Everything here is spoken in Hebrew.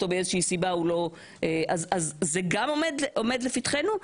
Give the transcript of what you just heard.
אז זה גם עומד לפתחנו?